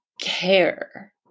care